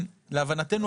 להבנתנו,